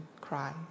cry